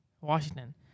Washington